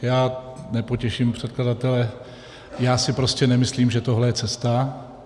Já nepotěším předkladatele, já si prostě nemyslím, že tohle je cesta.